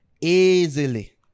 Easily